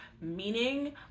meaning